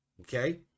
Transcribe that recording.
okay